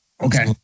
okay